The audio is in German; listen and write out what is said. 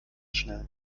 schnell